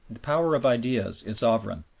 the power of ideas is sovereign,